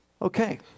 Okay